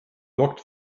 blocked